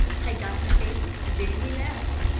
i got the papers the day we left.